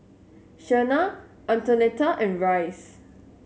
Shenna Antonetta and Rice